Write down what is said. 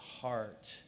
heart